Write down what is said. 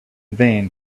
vain